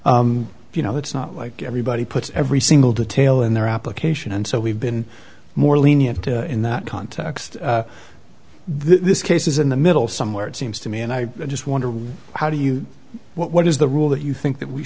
you know it's not like everybody puts every single detail in their application and so we've been more lenient in that context this case is in the middle somewhere it seems to me and i just want to how do you what is the rule that you think that we